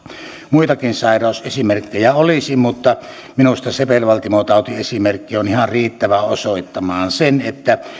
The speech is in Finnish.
muitakin sairausesimerkkejä olisi mutta minusta sepelvaltimotautiesimerkki on ihan riittävä osoittamaan sen että